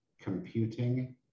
Computing